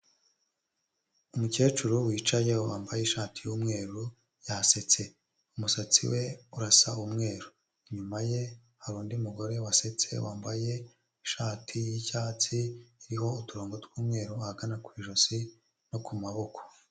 Umukecuru wicaye wambaye ishati y'umweru yasetse, umusatsi we urasa umweru. Inyuma ye hari undi mugore wasetse wambaye ishati y'icyatsi iriho uturongo tw'umweru ahagana ku ijosi no ku maboko.